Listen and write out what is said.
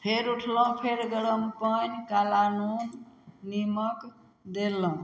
फेर उठलहुँ फेर गरम पानि काला नीमक देलहुँ